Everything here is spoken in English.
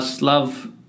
love